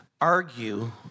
argue